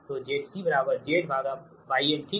तोZC ZYlठीक